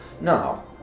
No